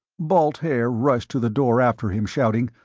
balt haer rushed to the door after him, shouting,